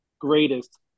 greatest